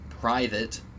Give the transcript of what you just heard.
private